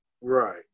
right